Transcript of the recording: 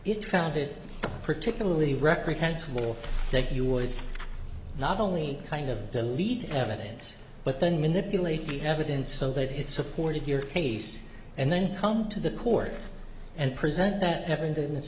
it found it particularly reprehensible that you would not only kind of delete evidence but then manipulate the evidence so that it supported your case and then come to the court and present that evidence